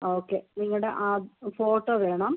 okay നിങ്ങളുടെ photo വേണം